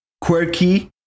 quirky